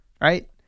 Right